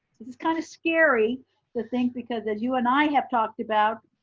this is kind of scary to think, because as you and i have talked about,